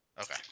Okay